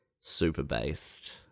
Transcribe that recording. super-based